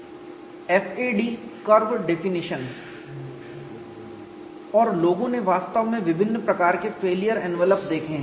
FAD curve definition और लोगों ने वास्तव में विभिन्न प्रकार के फेलियर एनवेलप देखे हैं